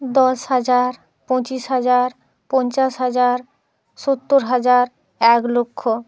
দশ হাজার পঁচিশ হাজার পঞ্চাশ হাজার সত্তর হাজার এক লক্ষ